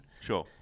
Sure